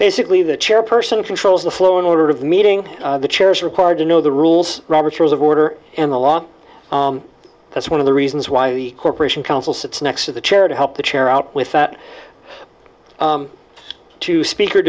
basically the chairperson controls the flow in order of meeting the chairs required to know the rules robert's rules of order and the law that's one of the reasons why the corporation council sits next to the chair to help the chair out with that to speak